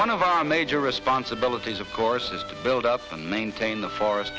one of our major responsibilities of course is to build up and maintain the forest